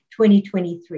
2023